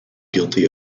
guilty